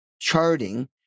charting